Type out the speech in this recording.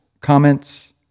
comments